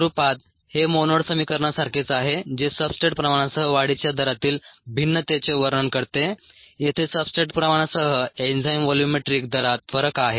स्वरूपात हे मोनोड समीकरणासारखेच आहे जे सबस्ट्रेट प्रमाणासह वाढीच्या दरातील भिन्नतेचे वर्णन करते येथे सब्सट्रेट प्रमाणासह एन्झाईम व्हॉल्यूमेट्रिक दरात फरक आहे